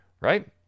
Right